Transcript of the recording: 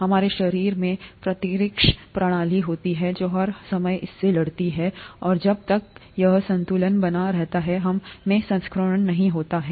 हमारे शरीर में प्रतिरक्षा प्रणाली होती है जो हर समय इससे लड़ती है और जब तक यह संतुलन बना रहता है हमें संक्रमण नहीं होता है